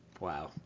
Wow